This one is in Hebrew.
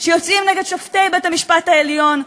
שיוצאים נגד שופטי בית-המשפט העליון,